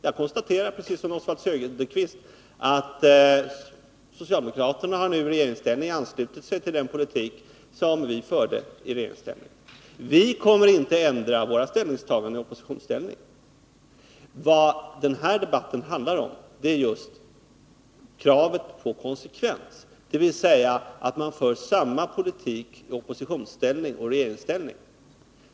Jag konstaterar, precis som Oswald Söderqvist, att socialdemokraterna i regeringsställning anslutit sig till den politik som vi förde i regeringsställning. Vi kommer inte att ändra våra ställningstaganden därför att vi kommit i opposition. Vad den här debatten handlar om är just kravet på konsekvens, kravet på att man för samma politik i oppositionsställning som i regeringsställning.